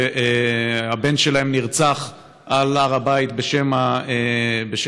שהבן שלהם נרצח על הר הבית בשם האסלאם,